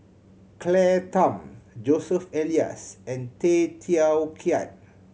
Claire Tham Joseph Elias and Tay Teow Kiat